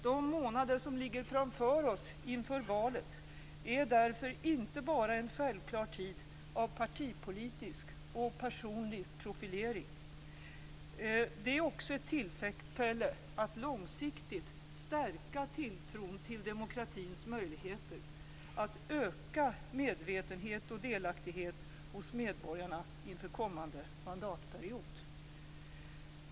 De månader som ligger framför oss inför valet är därför inte bara en självklar tid av partipolitisk och personlig profilering. Det är också ett tillfälle att långsiktigt stärka tilltron till demokratins möjligheter och att öka medvetenhet och delaktighet hos medborgarna inför kommande mandatperiod.